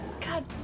God